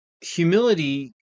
humility